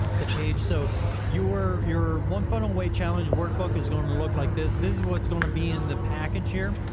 the page. so your your one funnel away challenge workbook is going to look like this. this is what's going to be in the package here.